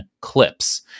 clips